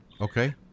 Okay